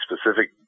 specific